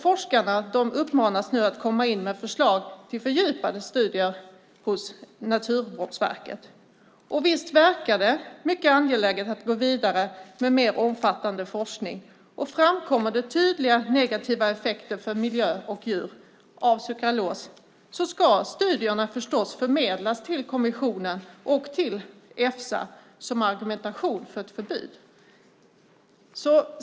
Forskarna uppmanas nu att komma in med förslag till fördjupade studier hos Naturvårdsverket. Visst verkar det mycket angeläget att gå vidare med mer omfattande forskning. Framkommer det tydliga negativa effekter för miljö och djur av sukralos ska studierna förstås förmedlas till kommissionen och till Efsa som argumentation för ett förbud.